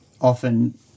often